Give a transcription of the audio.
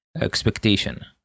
expectation